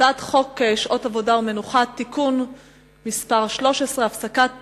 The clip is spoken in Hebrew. הצעת חוק שעות עבודה ומנוחה (תיקון מס' 13) (הפסקה בעבודה,